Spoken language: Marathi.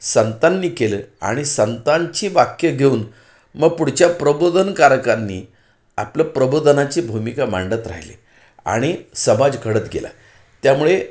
संतांनी केलं आणि संतांची वाक्यं घेऊन म पुढच्या प्रबोधनकारकांनी आपलं प्रबोधनाची भूमिका मांडत राहिली आणि समाज घडत गेला त्यामुळे